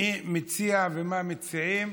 מי מציע ומה מציעים?